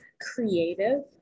creative